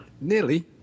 Nearly